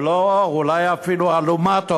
ולא, אולי אפילו אלומת אור,